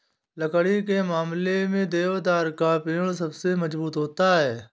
लकड़ी के मामले में देवदार का पेड़ सबसे मज़बूत होता है